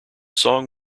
song